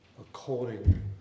according